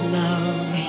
love